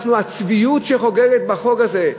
הצביעות שחוגגת בחוק הזה.